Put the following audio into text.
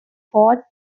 fort